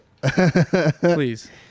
please